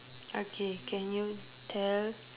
okay can you tell